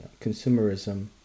consumerism